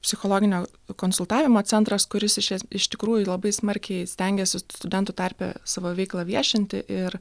psichologinio konsultavimo centras kuris iš es iš tikrųjų labai smarkiai stengiasi studentų tarpe savo veiklą viešinti ir